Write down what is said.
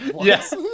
Yes